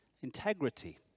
Integrity